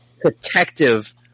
protective